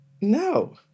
No